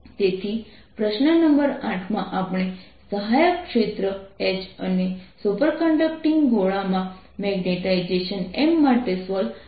તેથી પ્રશ્ન નંબર 8 માં આપણે સહાયક ક્ષેત્ર H અને સુપરકન્ડક્ટિંગ ગોળામાં મેગ્નેટાઇઝેશન M માટે સોલ્વ કરી છે